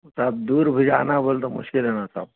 صاحب دور بھیجانا بولے تو مشکل ہے نا صاحب